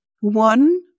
one